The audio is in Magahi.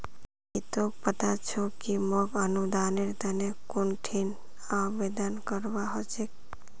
की तोक पता छोक कि मोक अनुदानेर तने कुंठिन आवेदन करवा हो छेक